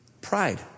Pride